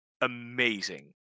amazing